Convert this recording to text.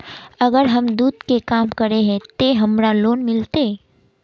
अगर हम दूध के काम करे है ते हमरा लोन मिलते?